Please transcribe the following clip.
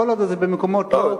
כל עוד זה במקומות לא,